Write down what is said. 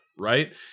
Right